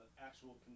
actual